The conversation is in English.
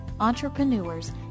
entrepreneurs